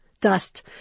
Dust